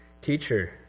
Teacher